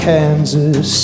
Kansas